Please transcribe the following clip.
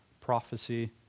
prophecy